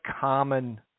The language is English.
common